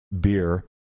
Beer